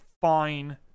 fine